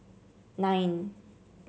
nine